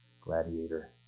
Gladiator